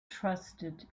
trusted